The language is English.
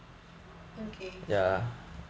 okay